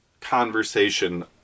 conversation